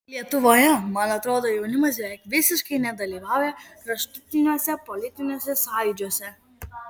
lietuvoje man atrodo jaunimas beveik visiškai nedalyvauja kraštutiniuose politiniuose sąjūdžiuose